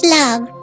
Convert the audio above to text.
love